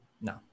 No